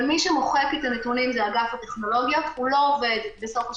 אבל מי שמחוק את הנתונים זה אגף הטכנולוגיה והוא לא עובד בסוף השבוע.